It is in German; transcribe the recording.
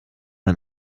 ein